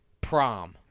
prom